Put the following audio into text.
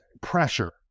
pressure